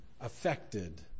affected